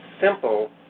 simple